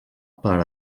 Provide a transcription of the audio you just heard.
per